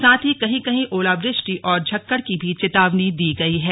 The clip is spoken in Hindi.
साथ ही कहीं कहीं ओलावृष्टि और झक्कड़ की भी चेतावनी दी गई है